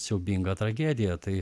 siaubingą tragediją tai